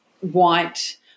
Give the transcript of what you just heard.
white